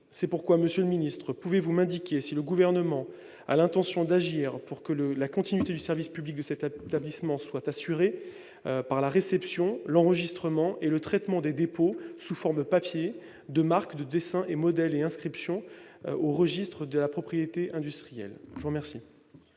le secrétaire d'État, pouvez-vous m'indiquer si le Gouvernement a l'intention d'agir pour que la continuité du service public de cet établissement soit assurée par la réception, l'enregistrement et le traitement des dépôts sous forme papier de marques, dessins et modèles et d'inscriptions aux registres de la propriété industrielle ? La parole